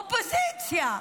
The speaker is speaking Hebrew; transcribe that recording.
אופוזיציה,